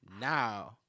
Now